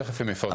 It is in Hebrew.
תכף הם יפרטו.